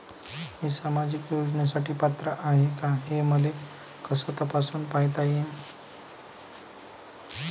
मी सामाजिक योजनेसाठी पात्र आहो का, हे मले कस तपासून पायता येईन?